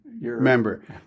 Remember